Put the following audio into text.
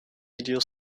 videos